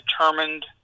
determined